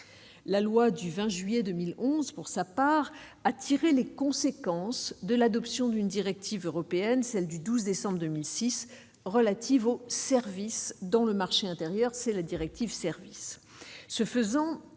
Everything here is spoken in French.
la loi du 20 juillet 2011 pour sa part, a tiré les conséquences de l'adoption d'une directive européenne, celle du 12 décembre 2006 relative au service dans le marché intérieur, c'est la directive Services,